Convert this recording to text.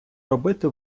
робити